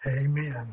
Amen